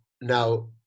now